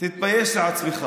תתבייש לך.